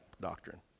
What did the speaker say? doctrine